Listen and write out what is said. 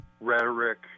rhetoric